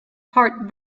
heart